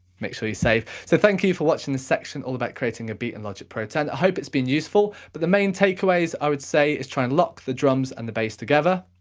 make sure you save. so thank you for watching this section, all about creating a beat in logic pro ten. i hope it's been useful. but the main takeaways, i would say, is try and lock the drums drums and the bass together,